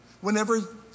Whenever